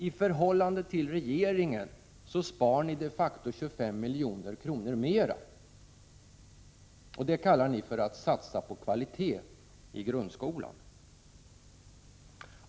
I förhållande till regeringens förslag spar ni de facto 25 milj.kr. mer. Detta kallar ni för att satsa på kvalitet i grundskolan!